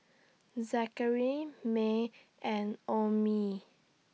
Zackery May and Omie